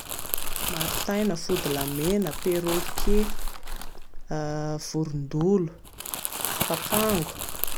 Maritaina, fodilahimena, péroquet, vorondolo, papango